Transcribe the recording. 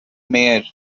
mayor